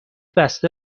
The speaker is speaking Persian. بسته